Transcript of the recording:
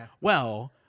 well-